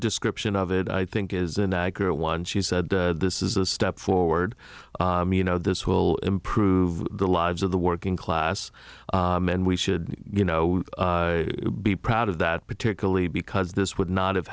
description of it i think is a nagger one she said this is a step forward you know this will improve the lives of the working class and we should you know be proud of that particularly because this would not have